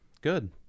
good